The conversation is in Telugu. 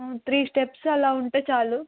త్రీ స్టెప్స్ అలా ఉంటే చాలు